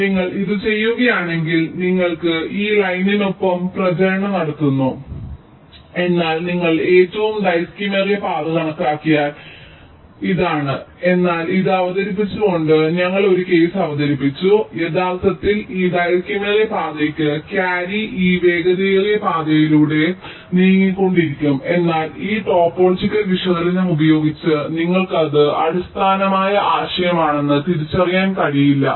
അതിനാൽ നിങ്ങൾ ഇത് ചെയ്യുകയാണെങ്കിൽ നിങ്ങൾ ഈ ലൈനിനൊപ്പം പ്രചരണം നടത്തുന്നു എന്നാൽ നിങ്ങൾ ഏറ്റവും ദൈർഘ്യമേറിയ പാത കണക്കാക്കിയാൽ ഏറ്റവും ദൈർഘ്യമേറിയ പാത ഇതാണ് എന്നാൽ ഇത് അവതരിപ്പിച്ചുകൊണ്ട് ഞങ്ങൾ ഒരു കേസ് അവതരിപ്പിച്ചു യഥാർത്ഥത്തിൽ ഈ ദൈർഘ്യമേറിയ പാതയ്ക്ക് ക്യാരി ഈ വേഗതയേറിയ പാതയിലൂടെ ഇതിലൂടെ നീങ്ങിക്കൊണ്ടിരിക്കും എന്നാൽ ഈ ടോപ്പോളജിക്കൽ വിശകലനം ഉപയോഗിച്ച് നിങ്ങൾക്ക് അത് അടിസ്ഥാന ആശയമാണെന്ന് തിരിച്ചറിയാൻ കഴിയില്ല